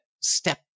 step